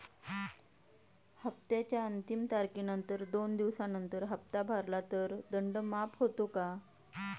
हप्त्याच्या अंतिम तारखेनंतर दोन दिवसानंतर हप्ता भरला तर दंड माफ होतो का?